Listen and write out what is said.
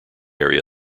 area